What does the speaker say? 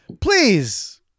Please